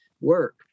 work